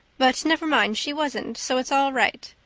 but never mind, she wasn't, so it's all right.